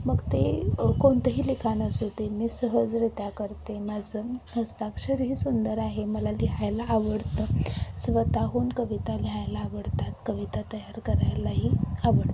मग ते कोणतंही लिखाण असू दे मी सहजरित्या करते माझं हस्ताक्षरही सुंदर आहे मला लिहायला आवडतं स्वतःहून कविता लिहायला आवडतात कविता तयार करायलाही आवडतं